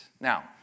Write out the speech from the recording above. Now